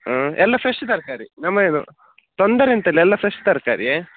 ಹಾಂ ಎಲ್ಲ ಫ್ರೆಶ್ ತರಕಾರಿ ನಮ್ಮ ಇದು ತೊಂದರೆ ಎಂತ ಇಲ್ಲ ಎಲ್ಲ ಫ್ರೆಶ್ ತರಕಾರಿ